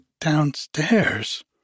downstairs